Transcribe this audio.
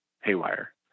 haywire